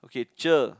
okay cher